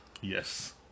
Yes